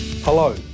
Hello